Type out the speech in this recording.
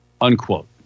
unquote